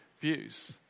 views